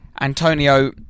Antonio